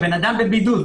האדם בבידוד.